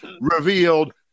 revealed